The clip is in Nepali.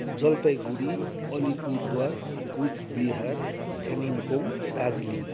जलपाइगुडी अलिपुरद्वार कुचबिहार कालिम्पोङ दार्जिलिङ